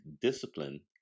discipline